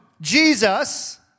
Jesus